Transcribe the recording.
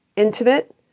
intimate